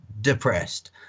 depressed